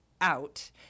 out